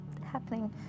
happening